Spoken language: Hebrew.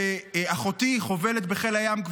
שאחותי חובלת בחיל הים,